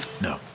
No